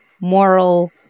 moral